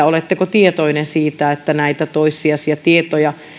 oletteko tietoinen siitä että näitä toissijaisia tietoja